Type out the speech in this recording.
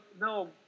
No